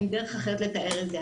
אין דרך אחרת לתאר את זה.